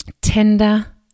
tender